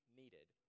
needed